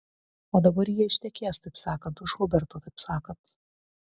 o dabar ji ištekės taip sakant už huberto taip sakant